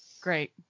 Great